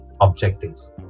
objectives